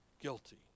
guilty